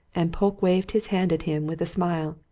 and polke waved his hand at him with a smile,